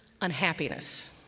unhappiness